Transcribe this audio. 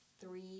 three